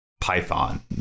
Python